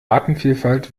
artenvielfalt